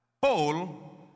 Paul